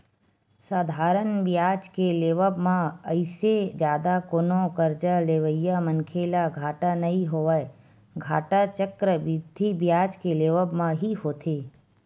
साधारन बियाज के लेवब म अइसे जादा कोनो करजा लेवइया मनखे ल घाटा नइ होवय, घाटा चक्रबृद्धि बियाज के लेवब म ही होथे